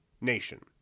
nation